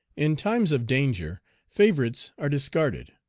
in times of danger favorites are discarded.